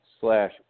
slash